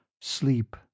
Sleep